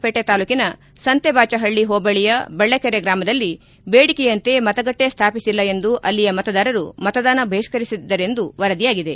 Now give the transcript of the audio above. ಪೇಟೆ ತಾಲೂಕಿನ ಸಂತೆಬಾಚಹಳ್ಳಿ ಹೋಬಳಿಯ ಬಳ್ಳೆಕೆರೆ ಗ್ರಾಮದಲ್ಲಿ ಬೇಡಿಕೆಯಂತೆ ಮತಗಟ್ಟೆ ಸ್ಥಾಪಿಸಿಲ್ಲ ಎಂದು ಅಲ್ಲಿಯ ಮತದಾರರು ಮತದಾನ ಬಹಿಷ್ಠರಿಸಿದ್ದರೆಂದು ವರದಿಯಾಗಿದೆ